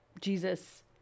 Jesus